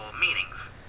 meanings